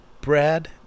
Brad